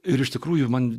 ir iš tikrųjų man